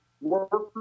workers